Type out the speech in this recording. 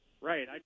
Right